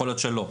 יכול להיות שלא.